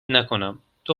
نکنم، تو